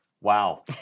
Wow